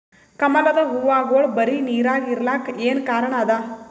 ಕಮಲದ ಹೂವಾಗೋಳ ಬರೀ ನೀರಾಗ ಇರಲಾಕ ಏನ ಕಾರಣ ಅದಾ?